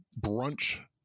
brunch